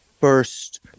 first